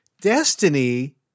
Destiny